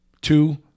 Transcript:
Two